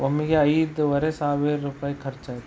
ಒಮ್ಮೆಗೆ ಐದೂವರೆ ಸಾವಿರ ರೂಪಾಯಿ ಖರ್ಚಾಯ್ತು